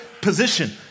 position